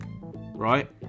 right